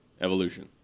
Evolution